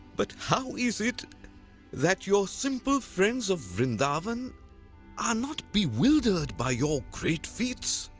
but how is it that your simple friends of vrindavan are not bewildered by your great feats,